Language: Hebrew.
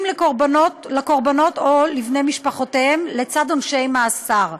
לקורבנות או לבני משפחותיהם לצד עונשי מאסר.